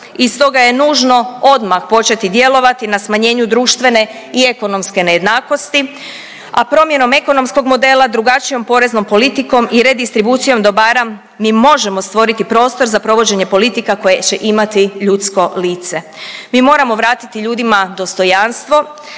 i stoga je nužno odmah početi djelovati na smanjenju društvene i ekonomske nejednakosti, a promjenom ekonomskog modela, drugačijom poreznom politikom i redistribucijom dobara mi možemo stvoriti prostor za provođenje politika koje će imati ljudsko lice. Mi moramo vratiti ljudima dostojanstvo,